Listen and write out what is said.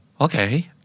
okay